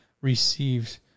received